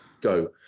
go